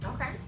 okay